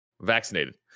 Vaccinated